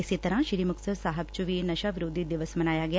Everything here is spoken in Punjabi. ਇਸੇ ਤਰ੍ਰਾਂ ਸ੍ਰੀ ਮੁਕਤਸਰ ਸਾਹਿਬ ਚ ਵੀ ਨਸ਼ਾ ਵਿਰੋਧੀ ਦਿਵਸ ਮਨਾਇਆ ਗਿਆ